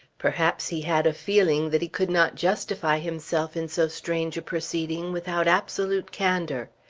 perhaps he had a feeling that he could not justify himself in so strange a proceeding without absolute candour.